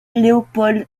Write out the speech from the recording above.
leopold